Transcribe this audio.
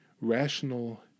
rational